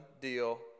deal